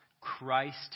Christ